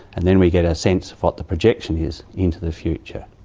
and then we get a sense of what the projection is into the future.